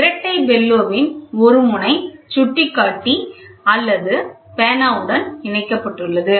இரட்டை பெல்லோவின் ஒரு முனை சுட்டிக்காட்டி அல்லது பேனாவுடன் இணைக்கப்பட்டுள்ளது